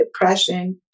depression